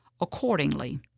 accordingly